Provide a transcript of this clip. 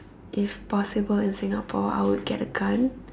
if possible in Singapore I will get a gun